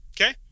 okay